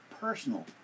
personal